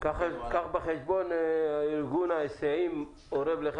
קח בחשבון שארגון ההיסעים אורב לך.